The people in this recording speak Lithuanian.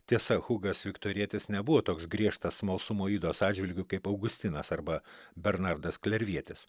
tiesa hugas viktorietis nebuvo toks griežtas smalsumo ydos atžvilgiu kaip augustinas arba bernardas klervietis